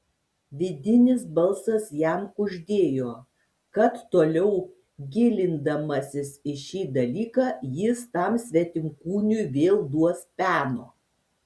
vidinis balsas jam kuždėjo kad toliau gilindamasis į šį dalyką jis tam svetimkūniui vėl duos peno